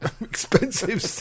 Expensive